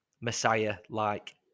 messiah-like